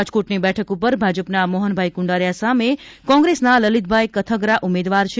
રાજકોટની બેઠક પર ભાજપના મોહનભાઇ કુંડારિયા સામે કોંંગ્રેસના લલીતભાઇ કથગરા ઉમેદવાર છે